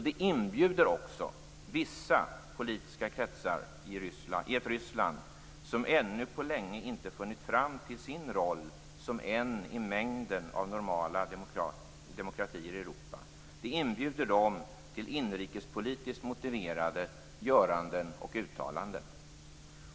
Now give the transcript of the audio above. Det inbjuder också vissa politiska kretsar i ett Ryssland som ännu inte på länge funnit sin roll som en i mängden av normala demokratier i Europa till inrikespolitiskt motiverade göranden och uttalanden.